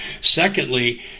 Secondly